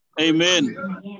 Amen